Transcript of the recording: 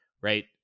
Right